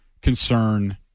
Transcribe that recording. concern